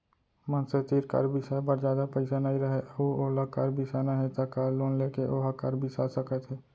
मनसे तीर कार बिसाए बर जादा पइसा नइ राहय अउ ओला कार बिसाना हे त कार लोन लेके ओहा कार बिसा सकत हे